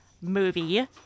movie